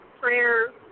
prayer